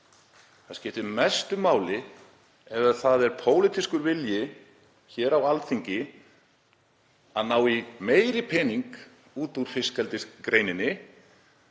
við framleiðsluna. Ef það er pólitískur vilji hér á Alþingi að ná í meiri pening út úr fiskeldisgreininni